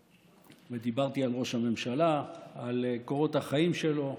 ודיברתי על ראש הממשלה, על קורות החיים שלו,